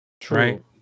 True